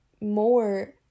more